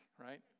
right